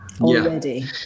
already